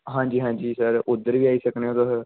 हां जी हां जी सर उद्धर बी आई सकने ओं तुस